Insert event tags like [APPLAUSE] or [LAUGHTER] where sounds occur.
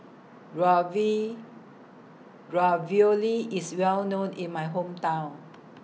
[UNINTELLIGIBLE] Ravioli IS Well known in My Hometown